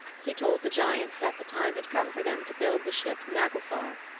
he told the giants that the time had come for them to build the ship naglfar,